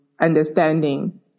understanding